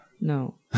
no